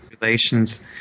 relations